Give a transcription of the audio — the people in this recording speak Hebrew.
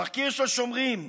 תחקיר של "שומרים"